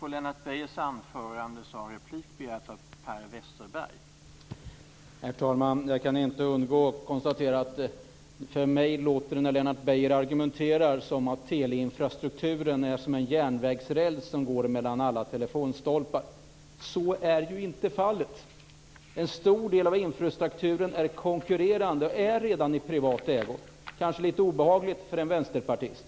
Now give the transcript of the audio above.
Herr talman! När Lennart Beijer argumenterar låter det för mig som om teleinfrastrukturen var som en järnvägsräls som går mellan alla telefonstolpar. Så är ju inte fallet. En stor del av infrastrukturen är konkurrerande och är redan i privat ägo - det är kanske litet obehagligt för en vänsterpartist.